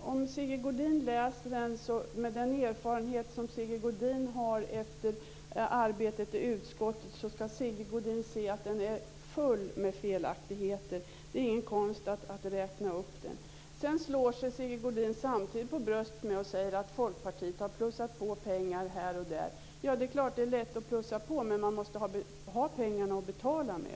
Om Sigge Godin läser den skall Sigge Godin med den erfarenhet som han har från arbetet i utskottet se att den är full av felaktigheter. Det är ingen konst att räkna upp dem. Samtidigt slår Sigge Godin sig för bröstet och säger att Folkpartiet har plussat på pengar här och där. Ja, det är lätt att plussa på, men man måste också ha pengar att betala med.